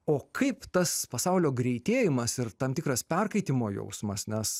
o kaip tas pasaulio greitėjimas ir tam tikras perkaitimo jausmas nes